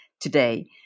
today